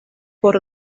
por